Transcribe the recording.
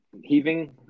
Heaving